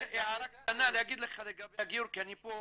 רק הערה קטנה להגיד לך לגבי הגיור, כי עוד